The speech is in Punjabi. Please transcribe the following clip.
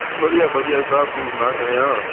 ਵਧੀਆ ਵਧੀਆ ਉਸਤਾਦ ਤੂੰ ਸੁਣਾ ਕਿਵੇਂ ਆ